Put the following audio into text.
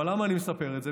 אבל למה אני מספר את זה?